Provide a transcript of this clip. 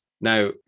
Now